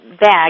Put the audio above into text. bag